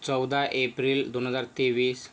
चौदा एप्रिल दोन हजार तेवीस